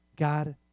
God